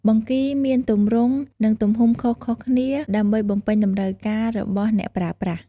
បង្គីមានទម្រង់ និងទំហំខុសៗគ្នាដើម្បីបំពេញតម្រូវការរបស់អ្នកប្រើប្រាស់។